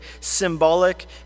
symbolic